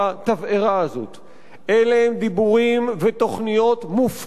אלה הם דיבורים ותוכניות מופקרים ומסוכנים.